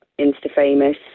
Insta-famous